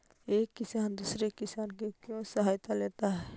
एक किसान दूसरे किसान से क्यों सहायता लेता है?